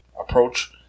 approach